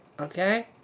okay